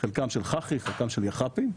חלקם של חח"י חלקם של יח"פים,